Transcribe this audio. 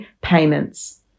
payments